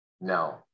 No